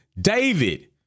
David